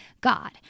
God